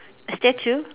a statue